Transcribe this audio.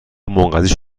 منقضی